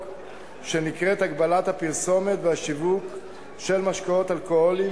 שנקראת "הגבלת הפרסומת והשיווק של משקאות אלכוהוליים",